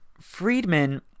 Friedman